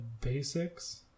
basics